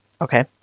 Okay